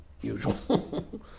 usual